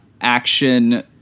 action